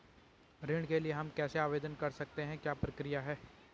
ऋण के लिए हम कैसे आवेदन कर सकते हैं क्या प्रक्रिया है?